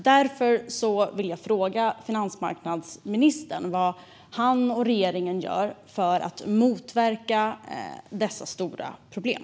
Därför vill jag fråga finansmarknadsministern vad han och regeringen gör för att motverka dessa stora problem.